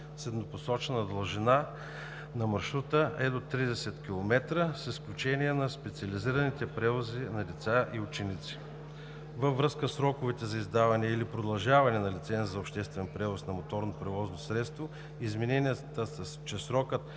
с еднопосочна дължина на маршрута е до 30 км, с изключение на специализираните превози на деца и ученици. Във връзка със сроковете за издаване или продължаване на лиценз за обществен превоз на моторно превозно средство измененията са, че срокът